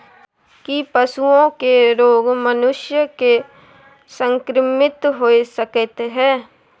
की पशुओं के रोग मनुष्य के संक्रमित होय सकते है?